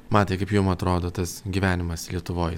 matai kaip jum atrodo tas gyvenimas lietuvoj